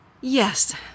Yes